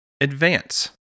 Advance